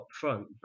front